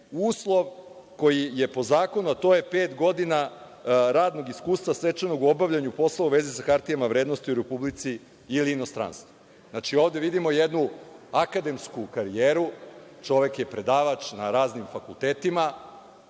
uslov koji je po zakonu, a to je pet godina radnog iskustva stečenog u obavljanju poslova u vezi sa hartijama od vrednosti u Republici ili inostranstvu. Znači, ovde vidimo jednu akademsku karijeru. Čovek je predavač na raznim fakultetima,